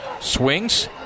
swings